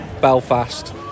Belfast